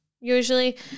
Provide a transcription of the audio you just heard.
usually